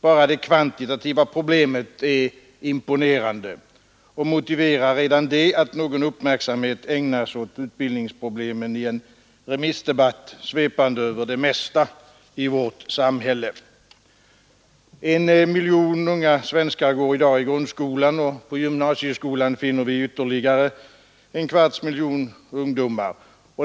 Bara det kvantitativa problemet är imponerande och motiverar redan det att någon uppmärksamhet ägnas åt utbildningsproblemen i en allmänpolitisk debatt svepande över det mesta i vårt samhälle. En miljon unga svenskar går i dag i grundskolan, och inom gymnasieskolan finner vi ytterligare en kvarts miljon ungdomar.